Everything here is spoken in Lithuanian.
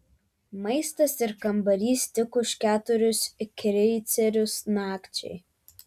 maistas ir kambarys tik už keturis kreicerius nakčiai